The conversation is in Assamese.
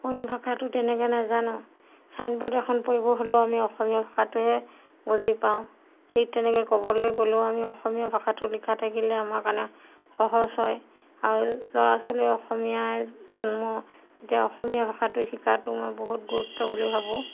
অইন ভাষাটো তেনেকৈ নাজানো চাইনবৰ্ড এখন পঢ়িব হ'লেও আমি অসমীয়া ভাষাটোহে বুজি পাওঁ ঠিক তেনেকৈ ক'বলৈ গ'লেও আমি অসমীয়া ভাষাটো লিখা থাকিলে আমাৰ কাৰণে সহজ হয় আৰু ল'ৰা ছোৱালী অসমীয়াই জন্ম এতিয়া অসমীয়া ভাষাটো শিকাটো মই বহুত গুৰুত্ব বুলি ভাবোঁ